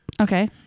Okay